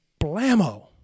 blammo